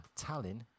Tallinn